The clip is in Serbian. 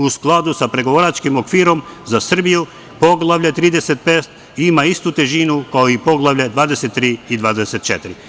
U skladu sa pregovaračkim okvirom za Srbiju, Poglavlje 35 ima istu težinu kao i Poglavlja 23 i 24.